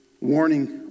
warning